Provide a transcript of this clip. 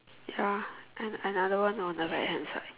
ya and another one on the right hand side